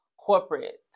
corporate